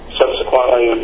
subsequently